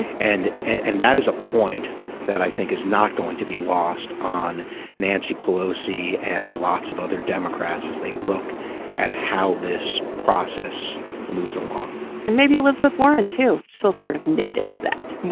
and and that is a point that i think is not going to be lost on nancy pelosi and lots of other democrats as they look at how this process moves along and maybe elizabeth warren to still sort of notice that